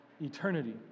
eternity